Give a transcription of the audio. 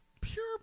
pure